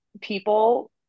people